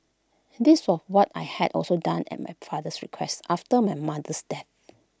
this was what I had also done at my father's requests after my mother's death